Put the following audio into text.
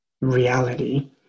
reality